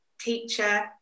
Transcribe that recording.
teacher